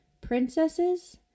princesses